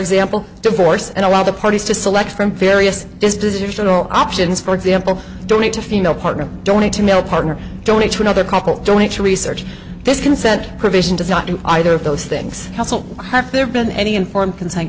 example to force and allow the parties to select from various disease or general options for example donate to female partner donate to male partner donate to another couple donate to research this consent provision does not do either of those things have there been any informed consent